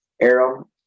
arrow